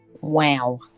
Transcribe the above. Wow